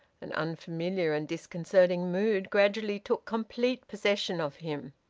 an unfamiliar and disconcerting mood gradually took complete possession of him.